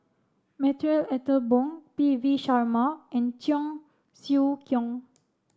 Marie Ethel Bong P V Sharma and Cheong Siew Keong